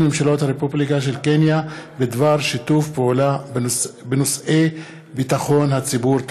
ממשלת הרפובליקה של קניה בדבר שיתוף פעולה בנושאי ביטחון הציבור.